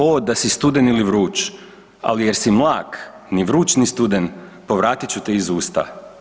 O, da si studen ili vruć, ali jesi mlak, ni vruć ni studen povratit ću te iz usta.